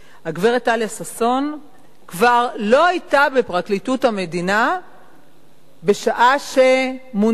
הגברת טליה ששון כבר לא היתה בפרקליטות המדינה בשעה שמונתה